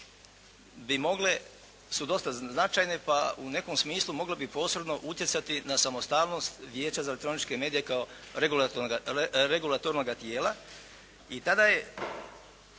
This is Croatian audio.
su dosta značajne, pa u nekom smislu mogle bi posredno utjecati na samostalnost Vijeća za elektroničke medije kao regulatornoga tijela. I tada je